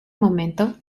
momento